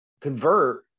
convert